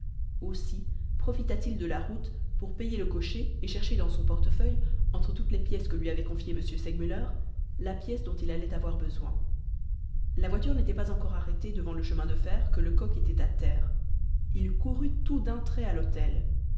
aussi profita-t-il de la route pour payer le cocher et chercher dans son portefeuille entre toutes les pièces que lui avait confiées m segmuller la pièce dont il allait avoir besoin la voiture n'était pas encore arrêtée devant le chemin de fer que lecoq était à terre il courut tout d'un trait à l'hôtel